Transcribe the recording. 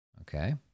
Okay